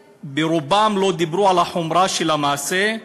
ורובם אפילו לא דיברו על החומרה של המעשה.